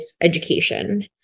education